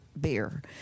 beer